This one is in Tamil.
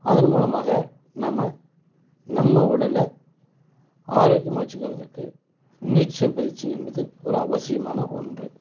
அதன் மூலமாக நம்ம நம்ம உடலை ஆரோக்கியமாக வச்சிக்குவதற்கு நீச்சல் பயிற்சி என்பது ஒரு அவசியமான ஒன்று